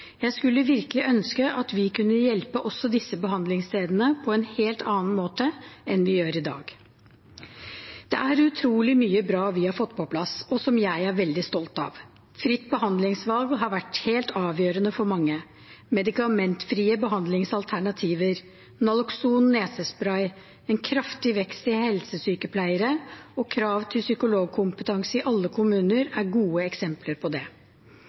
Jeg skulle virkelig ønske at vi kunne hjelpe også disse behandlingsstedene på en helt annen måte enn vi gjør i dag. Det er utrolig mye bra vi har fått på plass, og som jeg er veldig stolt av. Fritt behandlingsvalg, som har vært helt avgjørende for mange, medikamentfrie behandlingsalternativer, Nalokson nesespray, en kraftig vekst i antallet helsesykepleiere og krav til psykologkompetanse i alle kommuner er gode eksempler på det.